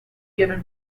given